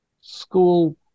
school